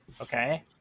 Okay